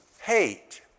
hate